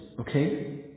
okay